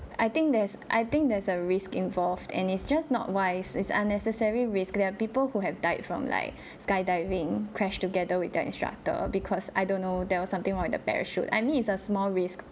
I think there's I think there's a risk involved and it's just not wise it's unnecessary risk there are people who have died from like skydiving crashed together with the instructor because I don't know there was something wrong with the parachute I mean it's a small risk